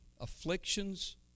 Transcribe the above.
afflictions